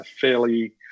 fairly